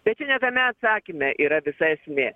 bet čia ne tame atsakyme yra visa esmė